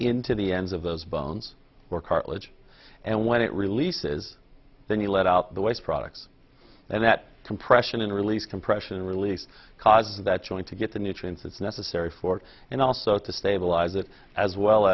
into the ends of those bones or cartilage and when it releases then you let out the waste products and that compression and release compression release because that's going to get the nutrients it's necessary for and also to stabilize it as well